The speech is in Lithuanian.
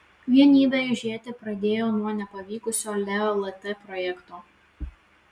vienybė aižėti pradėjo nuo nepavykusio leo lt projekto